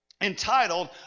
entitled